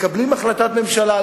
מקבלים החלטת ממשלה.